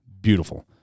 Beautiful